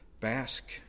bask